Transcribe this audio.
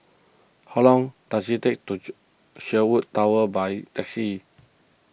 how long does it take to Sherwood Towers by taxi